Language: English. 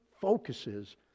focuses